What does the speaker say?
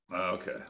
okay